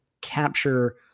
capture